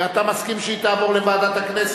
חבר הכנסת יריב לוין,